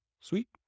Sweet